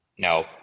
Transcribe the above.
No